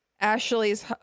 Ashley's